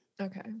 Okay